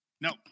No